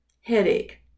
headache